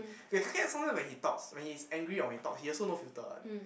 okay Ka-Kiet sometimes when he talks when he's angry or when he talk he also no filter one